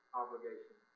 obligation